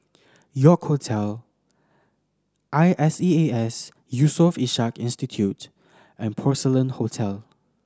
York Hotel I S E A S Yusof Ishak Institute and Porcelain Hotel